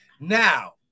now